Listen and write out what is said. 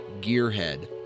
Gearhead